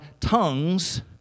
tongues